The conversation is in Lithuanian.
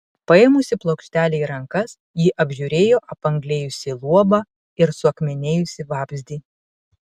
paėmusi plokštelę į rankas ji apžiūrėjo apanglėjusį luobą ir suakmenėjusį vabzdį